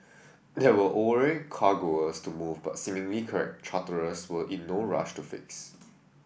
there were ore cargoes to move but seemingly charterers were in no rush to fix